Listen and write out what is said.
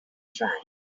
tried